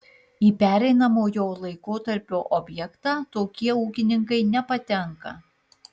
į pereinamojo laikotarpio objektą tokie ūkininkai nepatenka